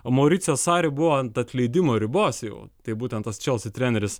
mauricijus sari buvo ant atleidimo ribos jau tai būtent tas čelsi treneris